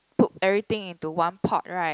put everything into one pot right